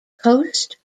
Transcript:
coast